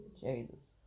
Jesus